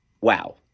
wow